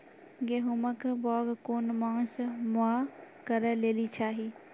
गेहूँमक बौग कून मांस मअ करै लेली चाही?